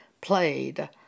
played